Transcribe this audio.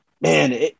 man